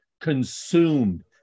consumed